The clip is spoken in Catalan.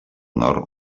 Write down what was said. nord